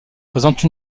présente